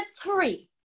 three